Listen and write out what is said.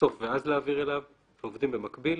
לסוף ואז להעביר אליו, אנחנו עובדים במקביל,